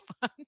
fun